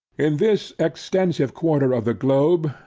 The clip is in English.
in this extensive quarter of the globe,